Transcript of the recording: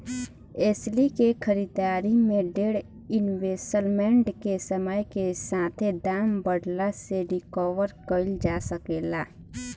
एस्ली के खरीदारी में डेर इन्वेस्टमेंट के समय के साथे दाम बढ़ला से रिकवर कईल जा सके ला